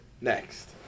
Next